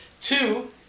two